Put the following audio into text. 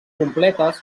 completes